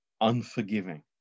unforgiving